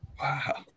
Wow